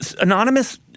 anonymous